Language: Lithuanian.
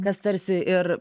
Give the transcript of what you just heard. kas tarsi ir